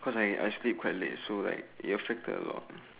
cause I I actually sleep quite late so like it affected a lot